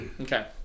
Okay